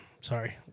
sorry